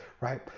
right